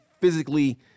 physically